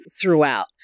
throughout